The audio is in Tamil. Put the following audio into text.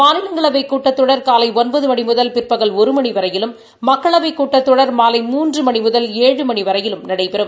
மாநிலங்களவை கூட்டத்தொடர் காலை ஒன்பது மணி முதல் பிற்பகல் ஒருமணி வரையிலும் மக்களவைத் கூட்டத்தொடர் மாலை மூன்று மணி முதல் எழு மணி வரையிலும் நடைபெறும்